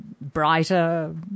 brighter